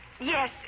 Yes